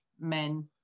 men